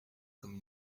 comme